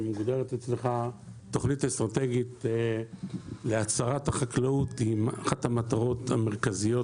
שמוגדרת אצלך תוכנית אסטרטגית להצערת החקלאות היא אחת המטרות המרכזיות,